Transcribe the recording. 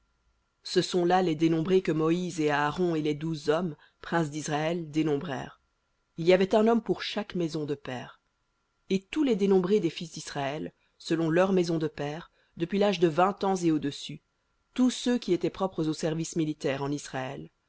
ce sont là les dénombrés que moïse et aaron et les douze hommes princes d'israël dénombrèrent il y avait un homme pour chaque maison de pères et tous les dénombrés des fils d'israël selon leurs maisons de pères depuis l'âge de vingt ans et au-dessus tous ceux qui étaient propres au service militaire en israël